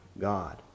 God